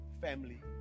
family